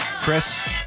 chris